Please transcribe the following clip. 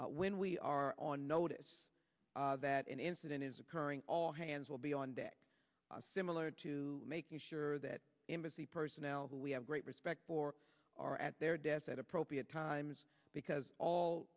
when we are on notice that an incident is occurring all hands will be on deck similar to making sure that embassy personnel who we have great respect for are at their desk at appropriate times because all